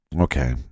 okay